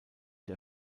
der